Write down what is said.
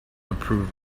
approve